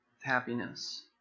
happiness